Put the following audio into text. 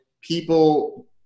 people